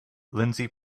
lindsey